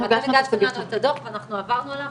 אבל אתם הגשתם לנו את הדוח ואנחנו עברנו עליו,